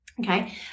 okay